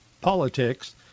politics